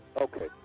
okay